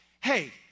hey